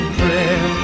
prayer